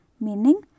meaning